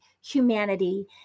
humanity